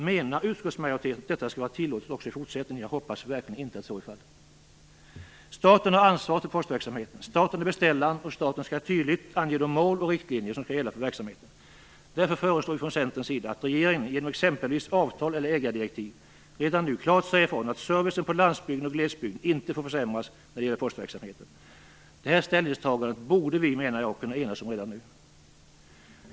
Menar utskottsmajoriteten att detta skall vara tillåtet också i fortsättningen? Jag hoppas verkligen att så inte är fallet. Staten har ansvaret för postverksamheten. Staten är beställaren och staten skall tydligt ange de mål och riktlinjer som skall gälla för verksamheten. Därför föreslår vi från Centerns sida att regeringen, genom exempelvis avtal eller ägardirektiv, redan nu klart säger ifrån att servicen på landsbygden och i glesbygden inte får försämras när det gäller postverksamheten. Detta ställningstagande borde vi, menar jag, kunna enas om redan nu.